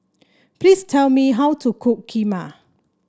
please tell me how to cook Kheema